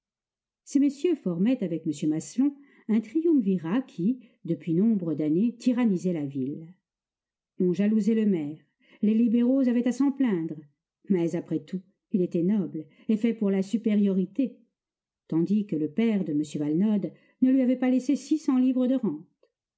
ces messieurs formaient avec m maslon un triumvirat qui depuis nombre d'années tyrannisait la ville on jalousait le maire les libéraux avaient à s'en plaindre mais après tout il était noble et fait pour la supériorité tandis que le père de m valenod ne lui avait pas laissé six cents livres de rente